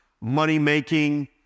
money-making